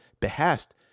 behest